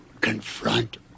confront